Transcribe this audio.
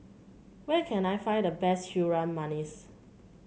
where can I find the best Harum Manis